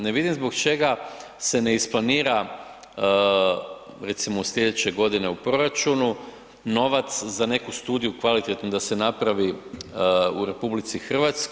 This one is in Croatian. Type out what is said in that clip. Ne vidim zbog čega se ne isplanira recimo sljedeće godine u proračunu, novac za neku studiju kvalitetnu da se napravi u RH.